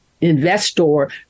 Investor